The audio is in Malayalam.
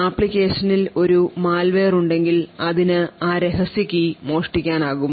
അപ്ലിക്കേഷനിൽ ഒരു malware ഉണ്ടെങ്കിൽ അതിന് ആ രഹസ്യ കീ മോഷ്ടിക്കാനാകും